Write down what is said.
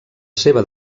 seva